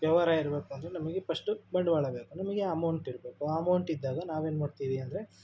ವ್ಯವಹಾರ ಇರಬೇಕು ಅಂದರೆ ನಮಗೆ ಪಸ್ಟು ಬಂಡವಾಳ ಬೇಕು ನಮಗೆ ಅಮೌಂಟ್ ಇರಬೇಕು ಆ ಅಮೌಂಟ್ ಇದ್ದಾಗ ನಾವೇನು ಮಾಡ್ತೀವಿ ಅಂದರೆ